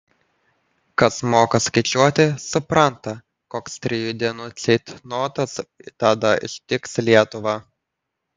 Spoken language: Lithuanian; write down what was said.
kas moka skaičiuoti supranta koks trijų dienų ceitnotas tada ištiks lietuvą